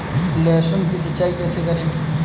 लहसुन की सिंचाई कैसे करें?